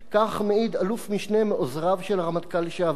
כך מעיד אלוף-משנה מעוזריו של הרמטכ"ל לשעבר.